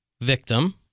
victim